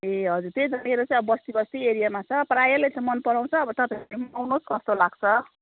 ए हजुर त्यही त मेरो चाहिँ अब बस्ती बस्ती एरियामा छ प्रायःले त मनपराउँछ अब तपाईँहरूले पनि आउनुहोस् कस्तो लाग्छ